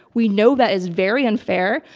we know that is very unfair,